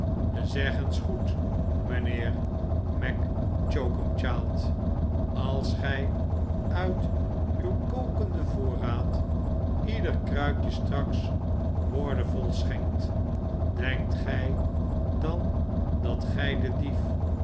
zeg eens goed mijnheer mac choakumchild als gij uit uw kokenden voorraad ieder kruikje straks boordevol schenkt denkt gij dan dat gij den dief